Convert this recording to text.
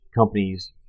companies